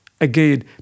again